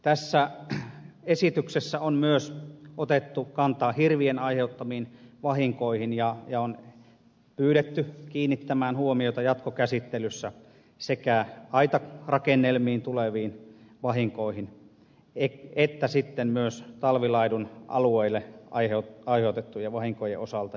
tässä esityksessä on myös otettu kantaa hirvien aiheuttamiin vahinkoihin ja on pyydetty kiinnittämään huomiota jatkokäsittelyssä sekä aitarakennelmiin tuleviin vahinkoihin että sitten myös talvilaidun alueille aihe on hajotettu talvilaidunalueille aiheutettuihin vahinkoihin